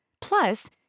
Plus